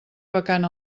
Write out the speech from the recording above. vacant